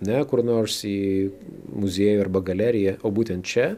ne kur nors į muziejų arba galeriją o būtent čia